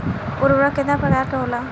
उर्वरक केतना प्रकार के होला?